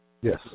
Yes